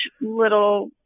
little